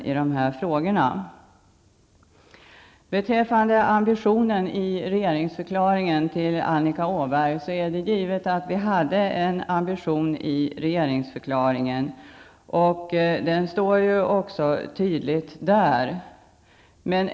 Till Annika Åhnberg: Beträffande ambitionen i regeringsförklaringen vill jag säga att det är givet att vi hade en tydlig ambition.